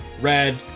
red